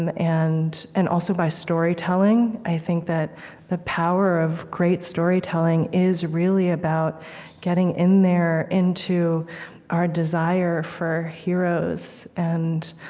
and and, also, by storytelling i think that the power of great storytelling is really about getting in there, into our desire for heroes and